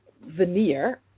veneer